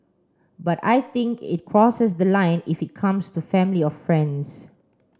but I think it crosses the line if it comes to family or friends